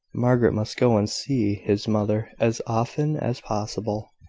margaret must go and see his mother as often as possible,